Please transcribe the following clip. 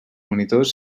monitors